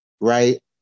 right